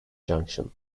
junction